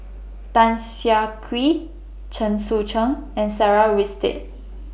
Tan Siah Kwee Chen Sucheng and Sarah Winstedt